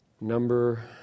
Number